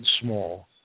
small